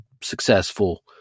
successful